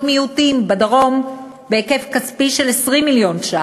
מיעוטים בדרום בהיקף כספי של 20 מיליון ש"ח,